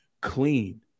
clean